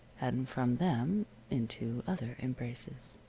and from them into other embraces.